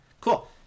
cool